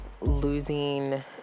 losing